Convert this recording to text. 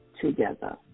together